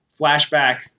flashback